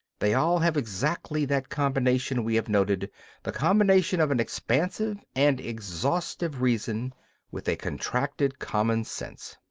they all have exactly that combination we have noted the combination of an expansive and exhaustive reason with a contracted common sense.